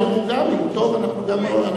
גם אני אומר,